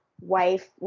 Wife